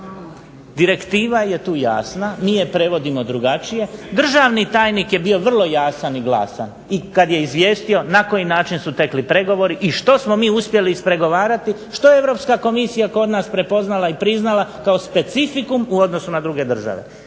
Direktiva je tu jasna. Mi je prevodimo drugačije. Državni tajnik je bio vrlo jasan i glasan i kad je izvijestio na koji način su tekli pregovori i što smo mi uspjeli ispregovarati, što je Europska komisija kod nas prepoznala i priznala kao specifikum u odnosu na druge države.